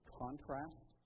contrast